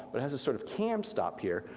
but has a sort of cam-stop here,